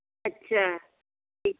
ਅੱਛਾ ਜੀ